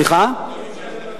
מי משלם לביטוח הרפואי?